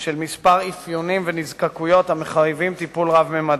של כמה מאפיינים ונזקקויות המחייבים טיפול רב-ממדי.